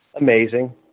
Amazing